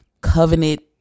covenant